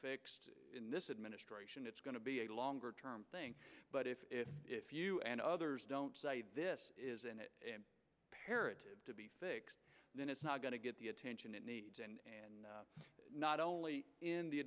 fixed in this administration it's going to be a longer term thing but if if if you and others don't this isn't a parrot to be fixed then it's not going to get the attention it needs and not only in the